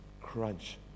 crunch